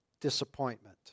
disappointment